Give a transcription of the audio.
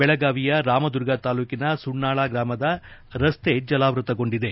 ಬೆಳಗಾವಿಯ ರಾಮದುರ್ಗ ತಾಲೂಟನ ಸುನ್ನಾಳ ಗ್ರಾಮದ ರಸ್ತೆ ಜಲಾವೃತ್ತಗೊಂಡಿದೆ